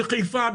בחיפה,